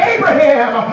Abraham